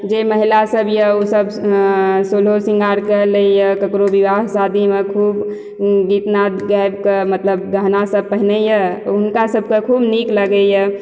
जे महिला सब यऽ ओ सब सोलहो शृंगार कऽ लैया ककरो विवाह शादीमे खूब गीत नाद गाबि कऽ मतलब गहना सब पहिनैया हुनका सबके खूब नीक लगैया